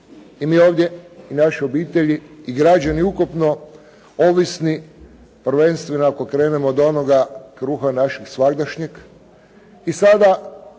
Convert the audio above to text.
i mi ovdje i naše obitelji i građani ukupno ovisni prvenstveno ako krenemo od onoga „kruha našeg svagdašnjeg“